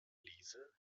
liese